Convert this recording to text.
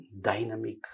dynamic